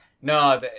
No